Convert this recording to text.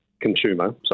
consumer